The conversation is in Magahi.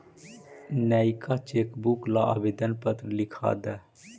नएका चेकबुक ला आवेदन पत्र लिखा द